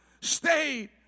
stayed